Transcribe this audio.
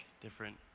different